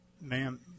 Ma'am